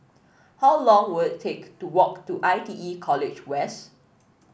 how long will it take to walk to I T E College West